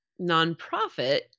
nonprofit